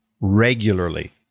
regularly